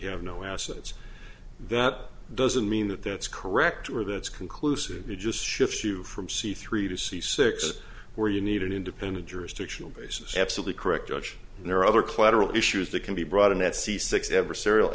have no assets that doesn't mean that that's correct or that's conclusive you just shift you from c three to see six where you need an independent jurisdictional basis absolutely correct judge and there are other collateral issues that can be brought in that see six ever serial